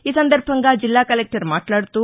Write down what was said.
ఈ సందర్బంగా జిల్లా కలెక్లర్ మాట్లాడుతూ